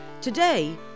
Today